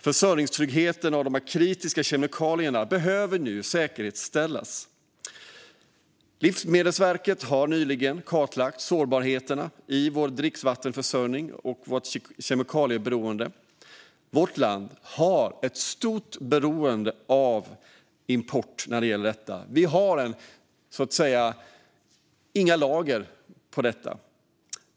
Försörjningstryggheten av kritiska kemikalier behöver nu säkerställas. Livsmedelsverket har nyligen kartlagt sårbarheterna i vår dricksvattenförsörjning och vårt kemikalieberoende. Vårt land har ett stort beroende av import när det gäller det här. Vi har inga lager av detta.